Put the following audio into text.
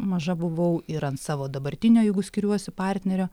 maža buvau ir ant savo dabartinio jeigu skiriuosi partnerio